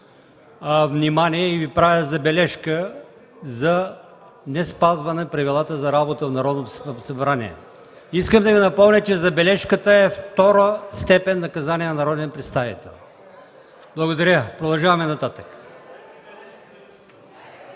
внимание и Ви правя забележка за неспазване правилата за работа на Народното събрание. Искам да Ви напомня, че забележката е втора степен наказание на народен представител. Продължаваме нататък.